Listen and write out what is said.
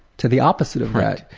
to the opposite of that.